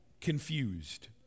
Confused